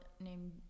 named